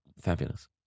Fabulous